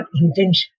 intention